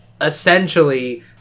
essentially